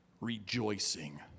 rejoicing